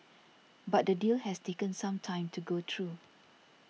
but the deal has taken some time to go true